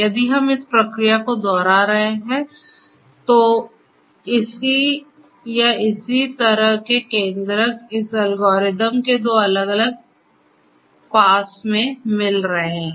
यदि हम इस प्रक्रिया को दोहरा रहे हैं तो इसी या इसी तरह के केन्द्रक इस एल्गोरिथ्म के दो अलग अलग पास में मिल रहे हैं